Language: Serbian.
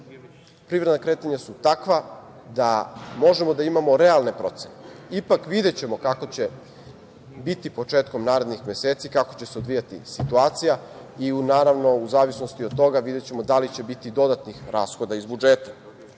privredna kretanja su takva da možemo da imamo realne procene. Ipak videćemo kako će biti početkom narednih meseci, kako će se odvijati situacija i u zavisnosti od toga videćemo dali će biti dodatnih rashoda iz